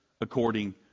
according